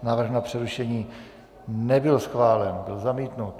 Návrh na přerušení nebyl schválen, byl zamítnut.